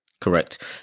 correct